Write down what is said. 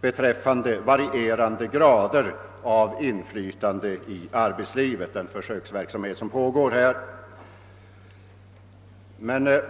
beträffande varierande grader av inflytande i arbetslivet som pågår.